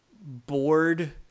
bored